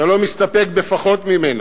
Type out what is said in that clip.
אתה לא מסתפק בפחות ממנה.